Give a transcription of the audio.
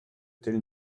tel